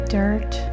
dirt